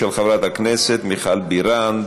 של חברת הכנסת מיכל בירן.